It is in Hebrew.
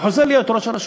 הוא חוזר להיות ראש הרשות.